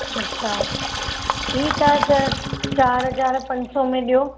अच्छा ठीकु आहे त चारि हज़ार पंज सौ में ॾेयो